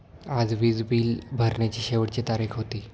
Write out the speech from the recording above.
आज वीज बिल भरण्याची शेवटची तारीख होती